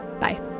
Bye